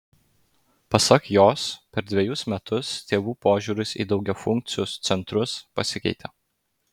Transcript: pasak jos per dvejus metus tėvų požiūris į daugiafunkcius centrus pasikeitė